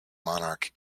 monarch